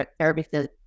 services